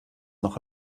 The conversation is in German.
noch